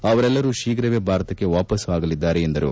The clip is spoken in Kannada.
ಅವರೆಲ್ಲರೂ ಶೀಘ್ರವೇ ಭಾರತಕ್ಕೆ ವಾಪಸ್ತು ಆಗಲಿದ್ದಾರೆ ಎಂದರು